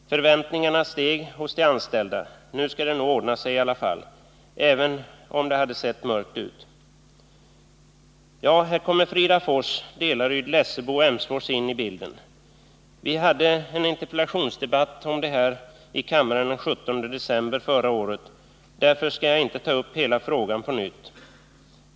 Förväntningarna steg hos de anställda — nu skall det nog ordna sig i alla fall, även om det sett mörkt ut. Ja, här kommer Fridafors, Delaryd, Lessebo och Emsfors in i bilden. Vi hade en interpellationsdebatt om det här i kammaren den 17 december förra året, varför jag inte skall ta upp hela frågan på nytt.